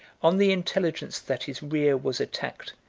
on the intelligence that his rear was attacked,